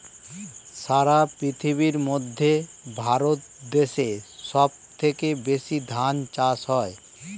সারা পৃথিবীর মধ্যে ভারত দেশে সব থেকে বেশি ধান চাষ হয়